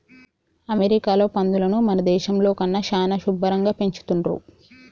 అమెరికాలో పందులని మన దేశంలో కన్నా చానా శుభ్భరంగా పెంచుతున్రు